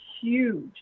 huge